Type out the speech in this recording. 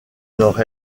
nord